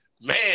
man